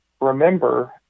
remember